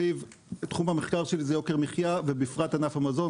תחום המחקר שלי זה יוקר מחיה ובפרט ענף המזון,